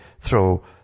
throw